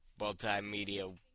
multimedia